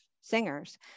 singers